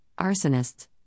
arsonists